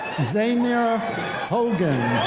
zainier hogann.